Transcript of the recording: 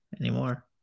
anymore